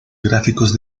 gráficos